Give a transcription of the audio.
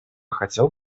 хотел